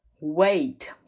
Wait